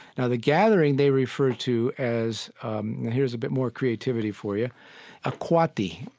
now, the gathering they referred to as and here's a bit more creativity for you a kwati.